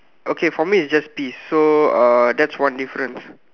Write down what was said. okay for me is just peas so uh that's one difference